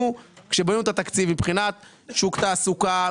כשבנינו את התקציב מבחינת שוק תעסוקה,